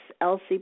Elsie